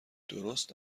درست